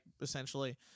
essentially